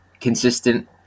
consistent